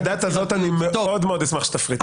את הדת הזאת אני מאוד מאוד אשמח שתפריטו.